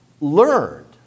learned